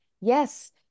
yes